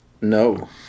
No